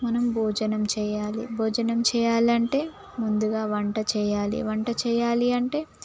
మనం భోజనం చేయాలి భోజనం చేయాలి అంటే ముందుగా వంట చేయాలి వంట చేయాలి అంటే